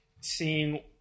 seeing